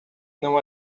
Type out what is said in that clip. não